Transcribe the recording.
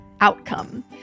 outcome